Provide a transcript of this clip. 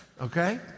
okay